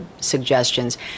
suggestions